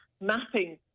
mapping